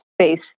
space